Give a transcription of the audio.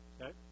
Okay